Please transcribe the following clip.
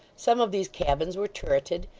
some of these cabins were turreted,